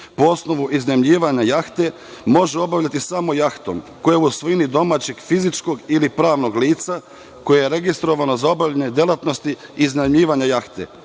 po osnovu iznajmljivanja jahte može obavljati samo jahtom koja je u svojini domaćeg fizičkog ili pravnog lica, koja je registrovana za obavljanje delatnosti iznajmljivanja jahte,